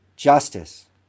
Justice